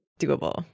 doable